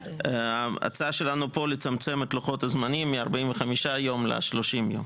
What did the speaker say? ההצעה שלנו פה היא לצמצם את לוחות הזמנים מ-45 יום ל-30 יום.